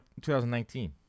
2019